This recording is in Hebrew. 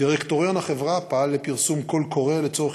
דירקטוריון החברה פעל לפרסום קול קורא לצורך